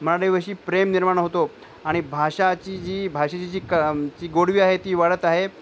मराठीविषयी प्रेम निर्माण होतो आणि भाषाची जी भाषेची जी की जी गोडवा आहे ती वाढत आहे